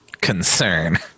concern